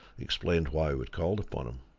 explained why we had called upon him.